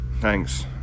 Thanks